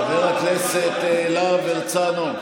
חבר הכנסת להב הרצנו,